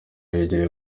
yegereye